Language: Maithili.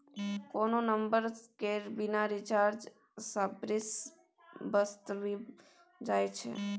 कोनो नंबर केर बिना रिचार्ज सर्विस बन्न भ जाइ छै